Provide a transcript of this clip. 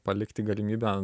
palikti galimybę